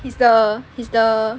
is the is the